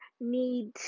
need